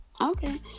Okay